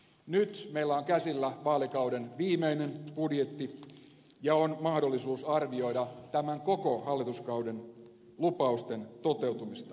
nyt meillä on käsillä vaalikauden viimeinen budjetti ja on mahdollisuus arvioida tämän koko hallituskauden lupausten toteutumista